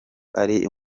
ari